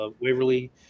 Waverly